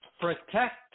protect